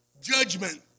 judgment